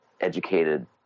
educated